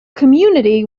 community